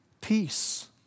Peace